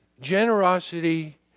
generosity